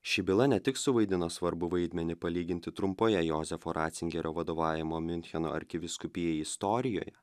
ši byla ne tik suvaidino svarbų vaidmenį palyginti trumpoje jozefo racingerio vadovavimo miuncheno arkivyskupijai istorijoj